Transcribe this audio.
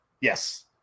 Yes